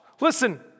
listen